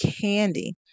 candy